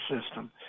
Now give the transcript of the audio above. system